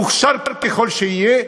מוכשר ככל שיהיה,